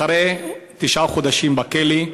אחרי תשעה חודשים בכלא.